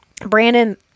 Brandon